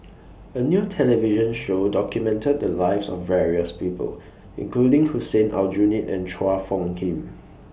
A New television Show documented The Lives of various People including Hussein Aljunied and Chua Phung Kim